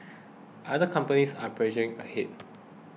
other companies are pressing ahead